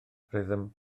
rhythm